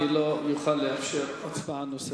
אני לא אוכל לאפשר הצבעה נוספת.